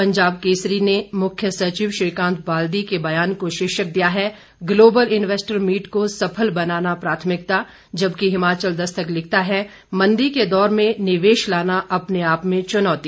पंजाब केसरी ने मुख्य सचिव श्रीकांत बाल्दी के बयान को शीर्षक दिया है ग्लोबल इन्वैस्टर मीट को सफल बनाना प्राथमिकता जबकि हिमाचल दस्तक लिखता है मंदी के दौर में निवेश लाना अपने आप में चुनौती